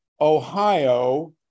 Ohio